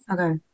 Okay